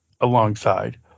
alongside